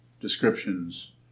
descriptions